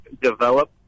develop